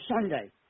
Sunday